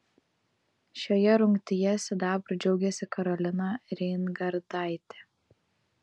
šioje rungtyje sidabru džiaugėsi karolina reingardtaitė